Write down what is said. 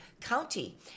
county